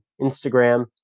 Instagram